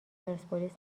پرسپولیس